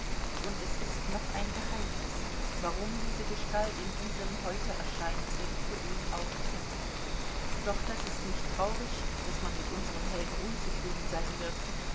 und es ist noch ein geheimnis warum diese gestalt in diesem heute erscheinenden poem auftritt doch das ist nicht traurig daß man mit unserem helden unzufrieden sein wird